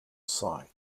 site